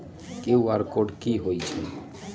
QR code कि हई छई?